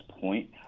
point